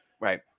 Right